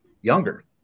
younger